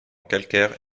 calcaire